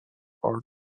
art